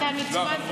אתה נצמד,